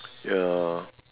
ya